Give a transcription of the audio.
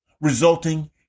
resulting